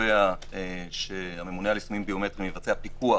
קובע שהממונה על יישומים ביומטריים יבצע פיקוח